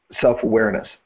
self-awareness